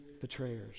betrayers